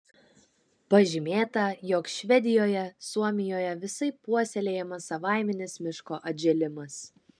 pažymėta jog švedijoje suomijoje visaip puoselėjamas savaiminis miško atžėlimas